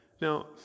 Now